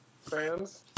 fans